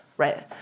right